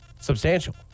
substantial